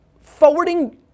forwarding